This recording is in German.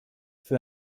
für